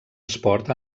esport